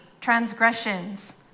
transgressions